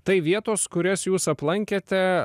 tai vietos kurias jūs aplankėte